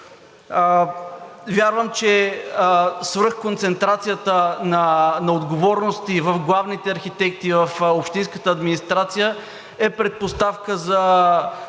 Вярвам, че свръхконцентрацията на отговорности и в главните архитекти, и в общинската администрация, е предпоставка за